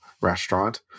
restaurant